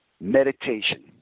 Meditation